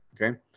Okay